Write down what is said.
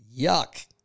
yuck